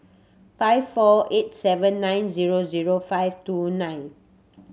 five four eight seven nine zero zero five two nine